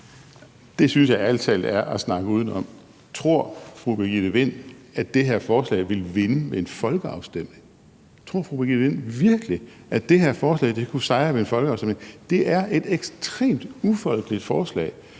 Det synes jeg ærlig talt er at snakke udenom. Tror fru Birgitte Vind, at det forslag ville vinde ved en folkeafstemning? Tror fru Birgitte Vind virkelig, at det forslag kunne sejre ved en folkeafstemning? Det er et ekstremt ufolkeligt forslag,